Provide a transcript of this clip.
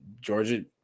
Georgia